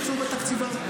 מיקי, אתה מיוחד במינו.